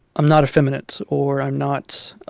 i'm not effeminate, or i'm not